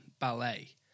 ballet